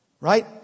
right